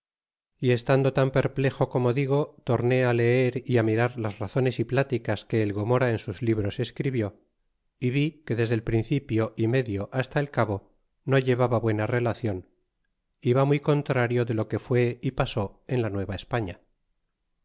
y estando tan perplexo como digo torné á leer y á mirar las razones y platicas que el gomora en sus libros escribió y vi que desde el principio y medio hasta el cabo no llevaba buena relacion y va muy contrario de lo que fué é pasó en la nueva españa